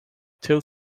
till